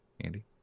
Andy